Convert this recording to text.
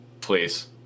Please